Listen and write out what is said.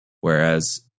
whereas